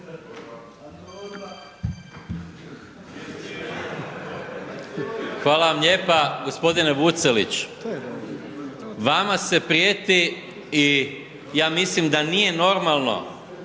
Hvala vam lijepa. Gospodine Vucelić, vama se prijeti i ja mislim da nije normalno